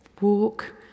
Walk